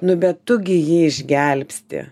nu bet tu gi jį išgelbsti